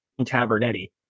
Tabernetti